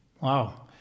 Wow